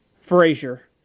Frazier